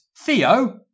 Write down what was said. Theo